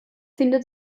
findet